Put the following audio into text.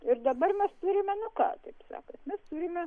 ir dabar mes turime nu ką taip sakant mes turime